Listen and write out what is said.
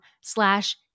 slash